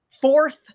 fourth